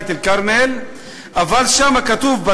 אבל שם כתובים,